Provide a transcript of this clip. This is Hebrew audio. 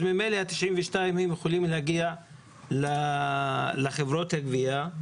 אז ממילא ה-92 יכולים להגיע לחברות הגבייה,